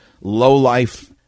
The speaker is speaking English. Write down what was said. low-life